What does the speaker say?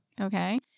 okay